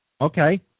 Okay